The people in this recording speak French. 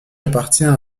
appartient